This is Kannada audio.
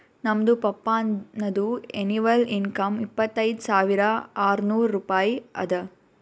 ನಮ್ದು ಪಪ್ಪಾನದು ಎನಿವಲ್ ಇನ್ಕಮ್ ಇಪ್ಪತೈದ್ ಸಾವಿರಾ ಆರ್ನೂರ್ ರೂಪಾಯಿ ಅದಾ